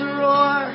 roar